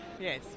yes